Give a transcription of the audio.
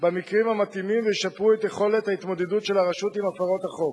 במקרים המתאימים וישפרו את יכולת ההתמודדות של הרשות עם הפרות החוק.